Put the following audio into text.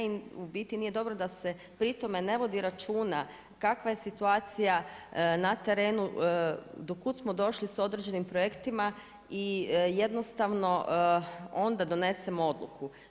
I u biti nije dobro da se pri tome ne vodi računa, kakva je situacija na terenu, do kud smo došli s određenim projektima i jednostavno, onda donesemo odluku.